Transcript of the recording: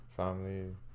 family